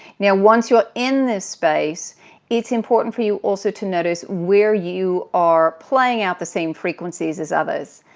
now once you're in this space it's important for you also to notice where you are playing out the same frequencies as others.